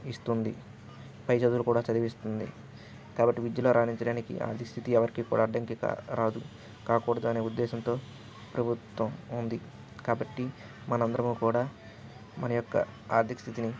ఇస్తుంది పై చదువులు కూడా చదివిస్తుంది కాబట్టి విద్యలో రాణించడానికి ఆర్థిక స్థితి ఎవరికి కూడా అడ్డంకి కా రాదు కాకూడదు అనే ఉద్దేశంతో ప్రభుత్వం ఉంది కాబట్టి మనందరము కూడా మన యొక్క ఆర్థిక స్థితిని